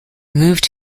moved